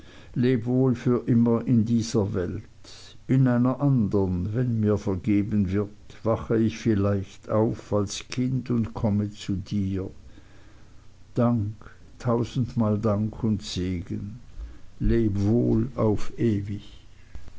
wohl für immer in dieser welt in einer andern wenn mir vergeben wird wache ich vielleicht auf als kind und komme zu dir dank tausendmal dank und segen leb wohl auf ewig